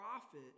profit